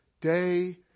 day